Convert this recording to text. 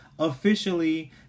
officially